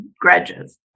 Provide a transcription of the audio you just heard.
grudges